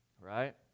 Right